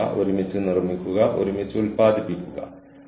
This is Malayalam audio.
അതിനാൽ എനിക്ക് കാര്യങ്ങൾ പുനഃപരിശോധിക്കാൻ കഴിയില്ല